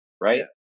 right